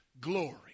glory